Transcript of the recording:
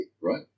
Right